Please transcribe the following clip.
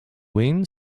win